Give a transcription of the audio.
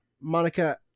monica